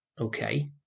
Okay